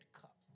cup